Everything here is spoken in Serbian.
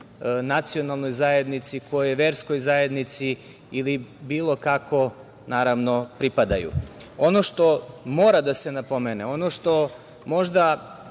nacionalnoj zajednici, kojoj verskoj zajednici ili bilo kako pripadaju. Ono što mora da se napomene, ono što možda